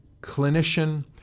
clinician